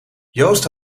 joost